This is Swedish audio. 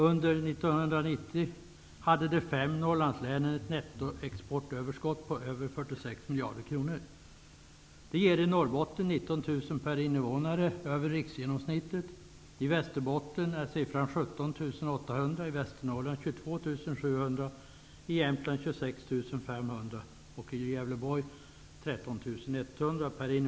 Under 1990 hade de fem Norrlandslänen ett nettoexportöverskott på över 46 miljarder kronor. Det ger i Norrbotten 19 000 kr per invånare över riksgenomsnittet. I Västerbotten är motsvarande siffra 17 800 kr, i Västernorrland 22 700 kr, i Jämtland 26 500 kr och i Gävleborg 13 100 kr.